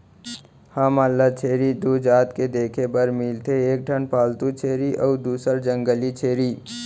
हमन ल छेरी दू जात के देखे बर मिलथे एक ठन पालतू छेरी अउ दूसर जंगली छेरी